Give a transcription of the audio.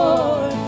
Lord